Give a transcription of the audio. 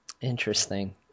Interesting